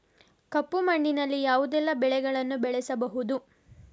ಕಪ್ಪು ಮಣ್ಣಿನಲ್ಲಿ ಯಾವುದೆಲ್ಲ ಬೆಳೆಗಳನ್ನು ಬೆಳೆಸಬಹುದು?